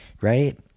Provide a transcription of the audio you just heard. Right